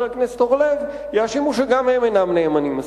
הכנסת אורלב יאשימו שגם הם אינם נאמנים מספיק.